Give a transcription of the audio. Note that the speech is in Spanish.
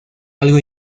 algo